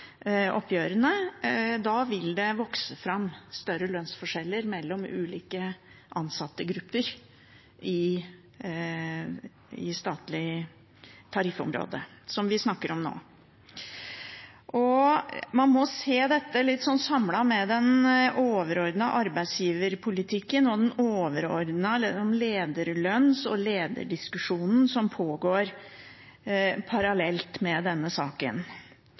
oppgjørene, vil det vokse fram større lønnsforskjeller mellom ulike ansattegrupper i statlig tariffområde, som vi snakker om nå. Man må se dette sammen med den overordnede arbeidsgiverpolitikken og den overordnede lederlønns- og lederdiskusjonen som pågår parallelt med denne saken.